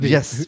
Yes